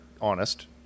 honest